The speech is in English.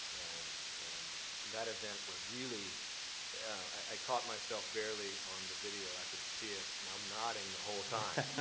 and and that event was really i caught myself barely on the video. i could see it, and i'm nodding the whole time.